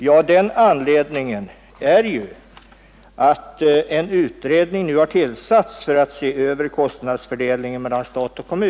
Ja, den anledningen är ju att en utredning nu har tillsatts för att se över kostnadsfördelningen mellan stat och kommun.